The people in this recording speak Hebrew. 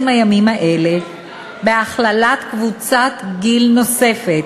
הימים האלה בהכללת קבוצת גיל נוספת,